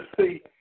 See